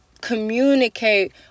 communicate